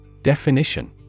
Definition